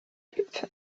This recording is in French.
huppe